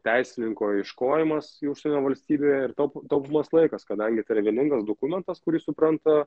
teisininko ieškojimas užsienio valstybėje ir taup taupomas laikas kadangi tai yra vieningas dokumentas kurį supranta